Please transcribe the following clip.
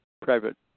private